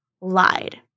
lied